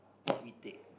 what we take